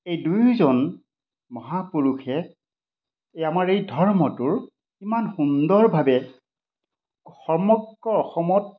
এই দুয়োজন মহাপুৰুষে এই আমাৰ এই ধৰ্মটোৰ ইমান সুন্দৰভাৱে সমগ্ৰ অসমত